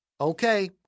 Okay